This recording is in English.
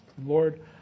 Lord